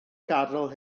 gadal